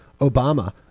Obama